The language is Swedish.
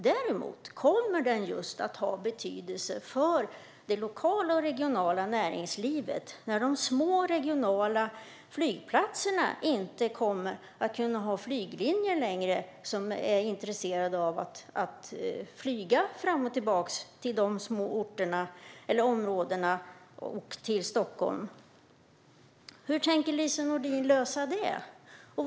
Däremot kommer den att få betydelse för det lokala och regionala näringslivet när de små regionala flygplatserna inte kommer att kunna hålla flyglinjer med flygbolag som är intresserade av att flyga fram och tillbaka mellan de orterna och Stockholm. Hur tänker Lise Nordin lösa den frågan?